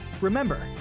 Remember